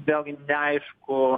vėlgi neaišku